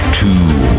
two